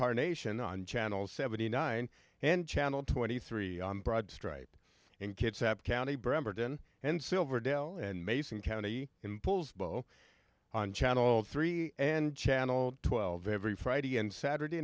incarnation on channel seventy nine and channel twenty three on broad stripe and kids have county bremerton and silverdale and mason county imposed bow on channel three and channel twelve every friday and saturday